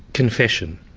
confession.